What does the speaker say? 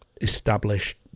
established